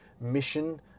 mission